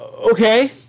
okay